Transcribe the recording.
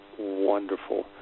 wonderful